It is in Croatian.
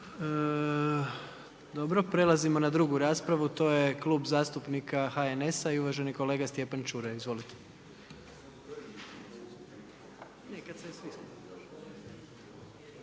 Dobro. Prelazimo na drugu raspravu, to je Kluba zastupnika HNS-a i uvaženi zastupnik Stjepan Čuraj. Izvolite. **Čuraj,